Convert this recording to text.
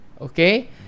okay